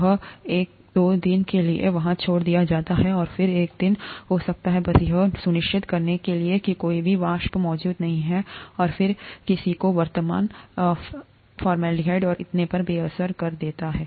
यह एक या दो दिन के लिए वहाँ छोड़ दिया जाता है और एक दिन और हो सकता है बस यह सुनिश्चित करने के लिए कि कोई भी वाष्प मौजूद नहीं है और फिर किसी को वर्तमान फॉर्मल्डिहाइड और इतने पर बेअसर कर देता है